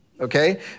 Okay